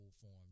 form